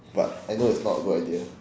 but I know it's not a good idea